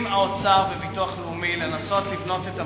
עם האוצר והביטוח לאומי, לנסות לבנות את המתווה,